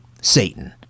Satan